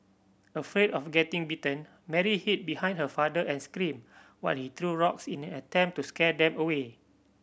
afraid of getting bitten Mary hid behind her father and screamed while he threw rocks in an attempt to scare them away